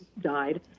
died